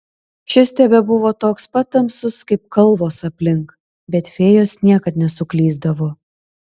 šis tebebuvo toks pat tamsus kaip kalvos aplink bet fėjos niekad nesuklysdavo